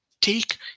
take